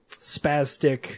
spastic